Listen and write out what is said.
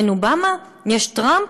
אין אובמה, יש טראמפ?